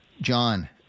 John